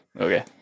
Okay